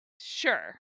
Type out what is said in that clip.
sure